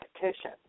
petition